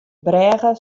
brêge